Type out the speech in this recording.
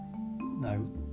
no